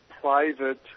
private